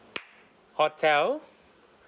hotel